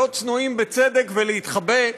להיות צנועים בצדק ולהתחבא,